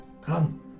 Come